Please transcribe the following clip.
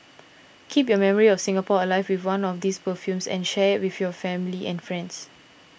keep your memory of Singapore alive with one of these perfumes and share with your family and friends